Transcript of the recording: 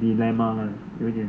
dilemma 有一点